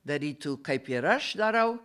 darytų kaip ir aš darau